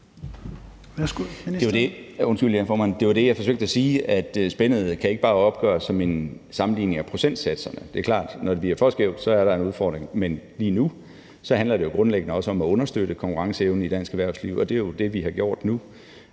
Det er jo det, jeg forsøgte at sige, altså at spændet ikke bare kan opgøres som en sammenligning af procentsatserne. Det er klart, at når det bliver for skævt, er der en udfordring, men lige nu handler det grundlæggende også om at understøtte konkurrenceevnen i dansk erhvervsliv, og det er jo det, vi har gjort nu.